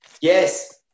Yes